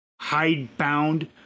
hidebound